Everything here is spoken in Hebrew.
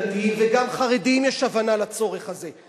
אפילו בקרב דתיים וגם חרדים יש הבנה לצורך הזה.